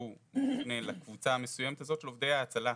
שהוא מופנה לקבוצה המסוימת הזאת של עובדי ההצלה,